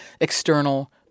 external